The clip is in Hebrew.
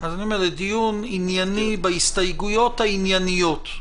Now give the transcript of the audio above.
דיון ענייני בהסתייגויות הענייניות.